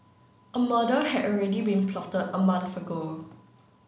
a murder had already been plotted a month ago